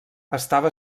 estava